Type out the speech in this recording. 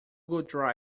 google